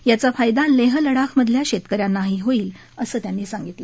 याचा फायदा लेह लडाखमधल्या शेतक यांनाही होईल असं त्यांनी सांगितलं